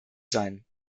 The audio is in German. sein